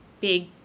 big